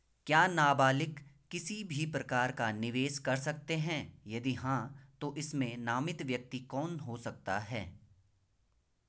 क्या नबालिग किसी भी प्रकार का निवेश कर सकते हैं यदि हाँ तो इसमें नामित व्यक्ति कौन हो सकता हैं?